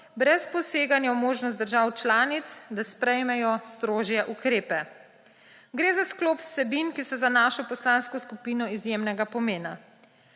brez poseganja v možnost držav članic, da sprejmejo strožje ukrepe. Gre za sklop vsebin, ki so za našo poslansko skupino izjemnega pomena.